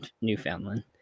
Newfoundland